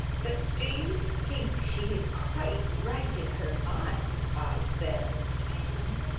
but do you think she is quite right in her mind, by spells, anne?